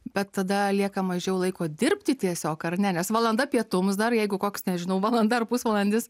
bet tada lieka mažiau laiko dirbti tiesiog ar ne nes valanda pietums dar jeigu koks nežinau valanda ar pusvalandis